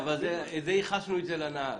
ייחסנו את זה לנהג.